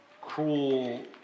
cruel